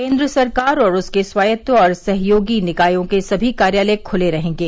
केंद्र सरकार उसके स्वायत्त और सहयोगी निकायों के सभी कार्यालय खुले रहेंगे